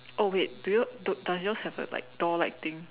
oh wait do you does yours have a like a door like thing